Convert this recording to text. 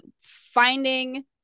finding